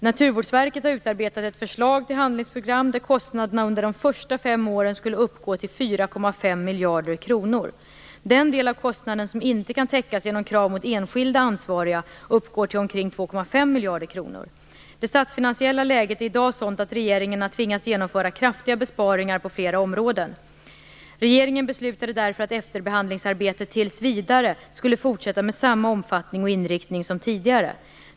Naturvårdsverket har utarbetat ett förslag till handlingsprogram där kostnaderna under de första fem åren skulle uppgå till 4,5 miljarder kronor. Den del av kostnaden som inte kan täckas genom krav mot enskilda ansvariga uppgår till omkring 2,5 miljarder kronor. Det statsfinansiella läget är i dag sådant att regeringen tvingats genomföra kraftiga besparingar på flera områden. Regeringen beslutade därför att efterbehandlingsarbetet tills vidare skulle fortsätta med samma omfattning och inriktning som tidigare.